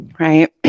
right